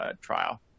trial